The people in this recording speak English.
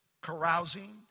carousing